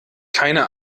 keine